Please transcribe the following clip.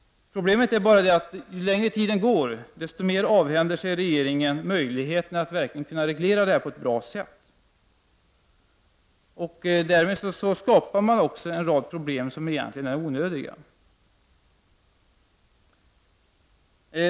Problemet är också att ju längre tiden går, desto mer avhänder sig ju regeringen möjligheterna att verkligen reglera verksamheten på ett bra sätt. Därmed skapar man också en rad problem som egentligen är onödiga.